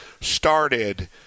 started